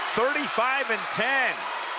thirty five and ten